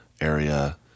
area